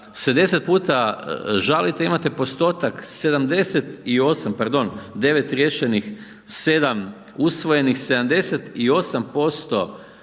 10 puta žalite imate postotak 78, pardon, 9 riješenih, 7 usvojenih, 78%